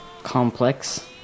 complex